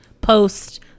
post